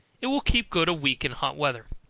it will keep good a week in hot weather.